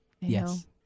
Yes